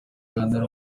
kiganiro